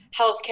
healthcare